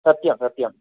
सत्यं सत्यम्